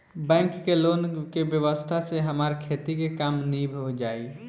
bank के loan के व्यवस्था से हमार खेती के काम नीभ जाई